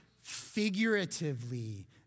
figuratively